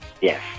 Yes